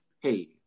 Hey